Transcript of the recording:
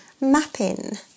mapping